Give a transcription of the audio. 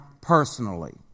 personally